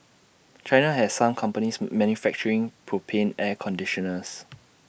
China has some companies manufacturing propane air conditioners